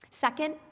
Second